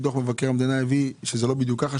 דוח מבקר המדינה קבע שזה לא בדיוק כך.